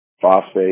phosphate